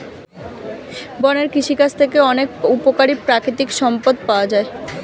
বনের কৃষিকাজ থেকে অনেক উপকারী প্রাকৃতিক সম্পদ পাওয়া যায়